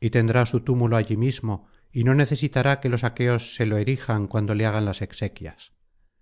y tendrá su túmulo allí mismo y no necesitará que los aqueos se lo erijan cuando le hagan las exequias